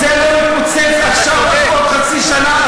אם זה לא יתפוצץ עכשיו או עוד חצי שנה,